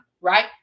right